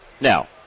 Now